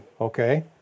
Okay